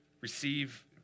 receive